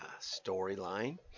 storyline